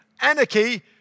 anarchy